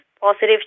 positive